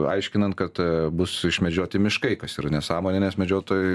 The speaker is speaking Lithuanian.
aiškinant kad bus išmedžioti miškai kas yra nesąmonė nes medžiotojų